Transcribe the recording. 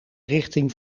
richting